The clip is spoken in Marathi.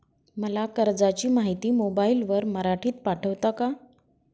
मला कर्जाची माहिती मोबाईलवर मराठीत पाठवता का?